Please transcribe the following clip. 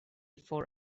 for